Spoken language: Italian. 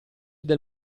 del